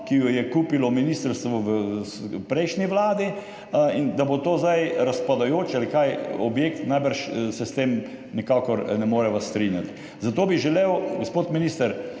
ki jo je kupilo ministrstvo v prejšnji vladi, da bo to zdaj razpadajoči objekt, ali kaj, se najbrž s tem nikakor ne moreva strinjati. Zato bi želel, gospod minister,